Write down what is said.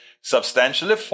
substantially